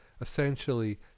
essentially